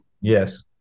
yes